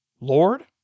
Lord